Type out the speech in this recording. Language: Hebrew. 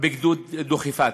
בגדוד דוכיפת.